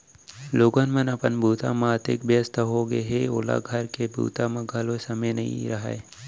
लोगन मन अपन बूता म अतेक बियस्त हो गय हें के ओला घर के बूता बर घलौ समे नइ रहय